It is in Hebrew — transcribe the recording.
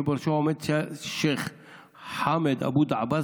שבראשו עומד שייח' חמאד אבו דעאבס,